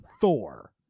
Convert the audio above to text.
Thor